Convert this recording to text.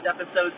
episodes